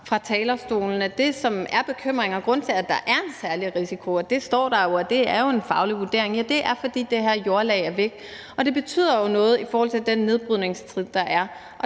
fra talerstolen, at det, som er bekymringen og grunden til, at der er en særlig risiko, og det står der jo, og det er en faglig vurdering, er, at det her jordlag er væk, og det betyder jo noget i forhold til den nedbrydningstid, der er.